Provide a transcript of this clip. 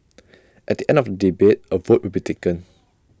at the end of the debate A vote will be taken